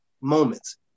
moments